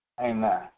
Amen